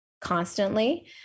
constantly